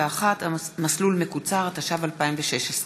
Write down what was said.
51) (מסלול מקוצר), התשע"ו 2016,